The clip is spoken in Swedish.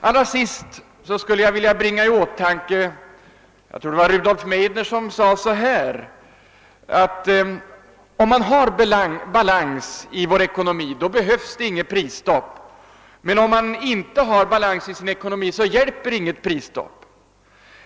Allra sist skulle jag vilja bringa i åtanke ett uttalande som jag tror har gjorts av Rudolf Meidner, att om man har balans i ekonomin, behövs det inget prisstopp, men om man inte har balans i ekonomin, hjälper inget prisstopp.